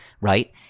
right